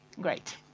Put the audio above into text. great